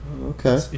Okay